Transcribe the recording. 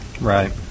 Right